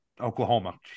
Oklahoma